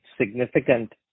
significant